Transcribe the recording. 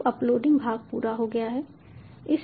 अब अपलोडिंग भाग पूरा हो गया है